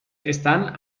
están